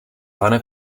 pane